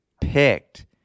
picked